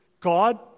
God